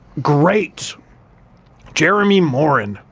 great jeremy morin.